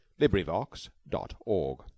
LibriVox.org